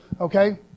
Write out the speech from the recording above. Okay